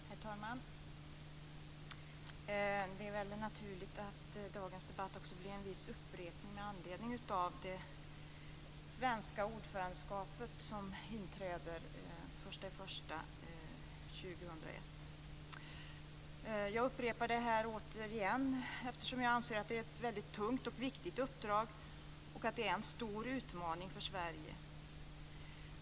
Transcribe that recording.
Herr talman! Det är väl naturligt att det blir en viss upprepning i dagens debatt med anledning av det svenska ordförandeskapet som inträder den 1 januari 2001. Jag anser att det är ett väldigt tungt och viktigt uppdrag och en stor utmaning för Sverige.